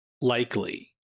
likely